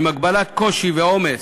עם הגבלת קושי ועומס,